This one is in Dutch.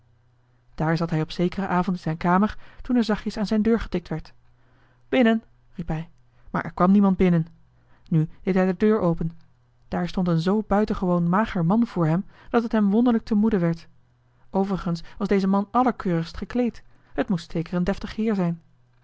daar zat hij op zekeren avond in zijn kamer toen er zachtjes aan zijn deur getikt werd binnen riep hij maar er kwam niemand binnen nu deed hij de deur open daar stond een zoo buitengewoon mager man voor hem dat het hem wonderlijk te moede werd overigens was deze man allerkeurigst gekleed het moest zeker een deftig heer zijn